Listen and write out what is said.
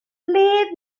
ble